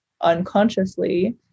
unconsciously